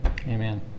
Amen